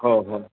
हो हो